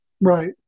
right